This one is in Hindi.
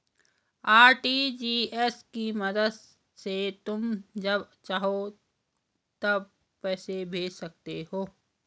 आर.टी.जी.एस की मदद से तुम जब चाहो तब पैसे भेज सकते हो